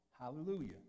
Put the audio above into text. hallelujah